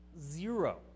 Zero